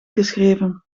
geschreven